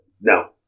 No